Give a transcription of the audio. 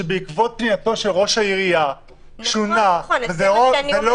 שבעקבות פנייתו של ראש העיריה שונה וזה לא